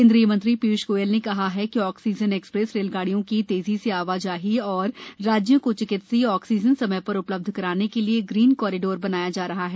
केंद्रीय मंत्री ीयूष गोयल ने कहा कि ऑक्सीजन एक्सप्रेस रेलगाड़ियों की तेज़ी से आवाजाही और राज्यों को चिकित्सकीय ऑक्सीजन समय प्रर उपलब्ध कराने के लिए ग्रीन कॉरिडोर बनाया जा रहा है